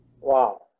Wow